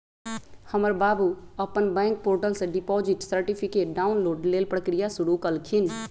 हमर बाबू अप्पन बैंक पोर्टल से डिपॉजिट सर्टिफिकेट डाउनलोड लेल प्रक्रिया शुरु कलखिन्ह